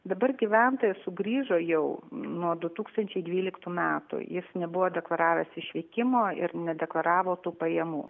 dabar gyventojas sugrįžo jau nuo du tūkstančiai dvyliktų metų jis nebuvo deklaravęs išvykimo ir nedeklaravo tų pajamų